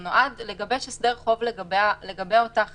הוא נועד לגבש הסדר חוב לגבי אותה חברה.